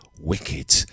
wicked